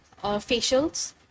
facials